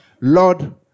Lord